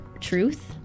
truth